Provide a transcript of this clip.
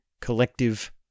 collective